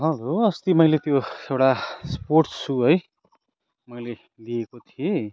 hello अस्ति मैले त्यो एउटा स्पोर्ट्स सु है मैले लिएको थिएँ